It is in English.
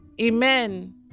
Amen